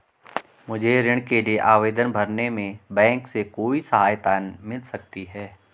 मुझे ऋण के लिए आवेदन भरने में बैंक से कोई सहायता मिल सकती है?